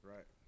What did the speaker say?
Right